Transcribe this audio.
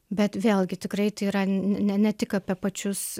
bet vėlgi tikrai tai yra ne ne ne tik apie pačius